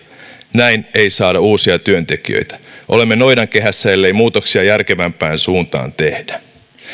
näin ei saada uusia työntekijöitä olemme noidankehässä ellei muutoksia järkevämpään suuntaan tehdä